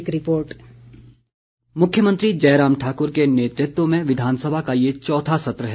एक रिपोर्ट मुख्यमंत्री जयराम ठाक्र के नेतृत्व में विधानसभा का ये चौथा सत्र है